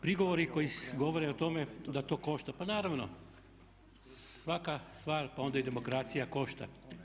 Prigovori koji govore o tome da to koša, pa naravno svaka stvar pa onda i demokracija košta.